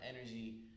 energy